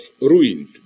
ruined